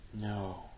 No